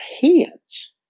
hands